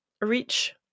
reach